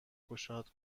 گشاد